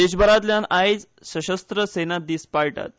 देशभरांत आयज सशस्त्र सेना दीस पाळटात